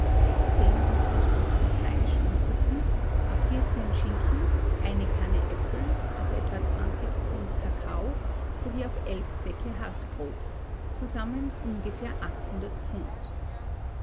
auf zehn dutzend büchsen fleisch und suppen auf vierzehn schinken eine kanne äpfel auf etwa zwanzig pfund kakao sowie auf elf säcke hat brot zusammen ungefähr acht pfund